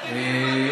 נכבדה,